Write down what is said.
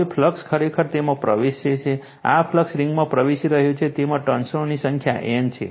હવે ફ્લક્સ ખરેખર તેમાં પ્રવેશે છે આ ફ્લક્સ આ રિંગમાં પ્રવેશી રહ્યો છે તેમાં ટર્ન્સોની સંખ્યા N છે